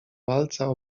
walca